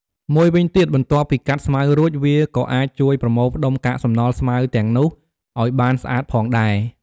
មួយវិញទៀតបន្ទាប់ពីកាត់ស្មៅរួច វាក៏អាចជួយប្រមូលផ្តុំកាកសំណល់ស្មៅទាំងនោះឱ្យបានស្អាតផងដែរ។